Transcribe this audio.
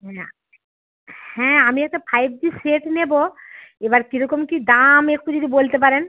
হ্যাঁ হ্যাঁ আমি একটা ফাইভ জির সেট নেবো এবার কীরকম কী দাম একটু যদি বলতে পারেন